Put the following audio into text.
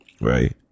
right